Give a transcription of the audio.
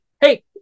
hey